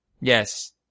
Yes